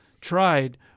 tried